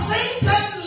Satan